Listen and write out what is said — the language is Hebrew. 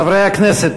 חברי הכנסת,